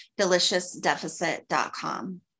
deliciousdeficit.com